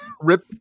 Rip